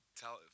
tell